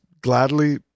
gladly